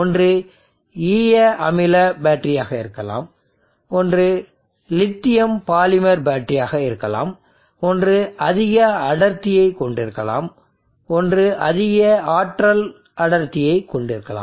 ஒன்று ஈய அமில பேட்டரியாக இருக்கலாம் ஒன்று லித்தியம் பாலிமர் பேட்டரியாக இருக்கலாம் ஒன்று அதிக அடர்த்தியைக் கொண்டிருக்கலாம் ஒன்று அதிக ஆற்றல் அடர்த்தியைக் கொண்டிருக்கலாம்